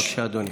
בבקשה, אדוני.